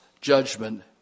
judgment